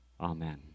Amen